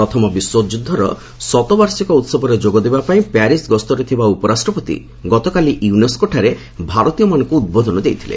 ପ୍ରଥମ ବିଶ୍ୱଯୁଦ୍ଧର ଶତବାର୍ଷିକ ଉହବରେ ଯୋଗଦେବା ପାଇଁ ପ୍ୟାରିସ୍ ଗସ୍ତରେ ଥିବା ଉପରାଷ୍ଟ୍ରପତି ଗତକାଲି ୟୁନେସ୍କୋଠାରେ ଭାରତୀୟମାନଙ୍କୁ ଉଦ୍ବୋଧନ ଦେଇଥିଲେ